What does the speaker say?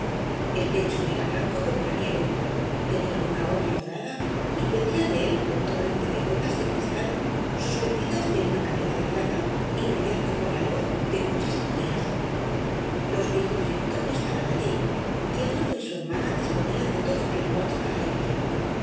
el techo era blanco como la nieve tenía una orla dorada y pendía de él un torrente de gotas de cristal suspendidas de una cadena de plata y brillando con la luz de muchas bujías los viejos linton no estaban allí y eduardo y su hermana disponían de todo aquel cuarto para ellos